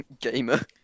Gamer